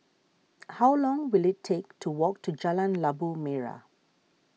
how long will it take to walk to Jalan Labu Merah